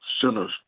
sinners